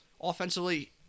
offensively